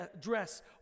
dress